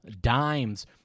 Dimes